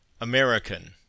American